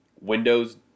Windows